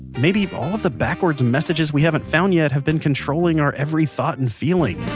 maybe all of the backward messages we haven't found yet have been controlling our every thought and feeling